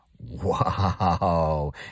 Wow